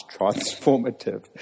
transformative